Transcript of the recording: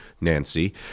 Nancy